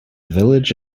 village